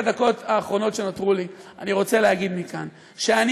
בדקות האחרונות שנותרו לי אני רוצה לומר מכאן שאני